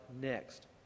next